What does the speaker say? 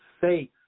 Faith